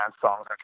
songs